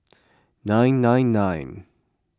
nine nine nine